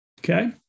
Okay